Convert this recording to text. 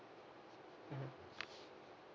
mm